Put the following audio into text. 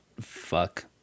fuck